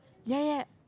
ya ya